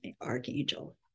archangel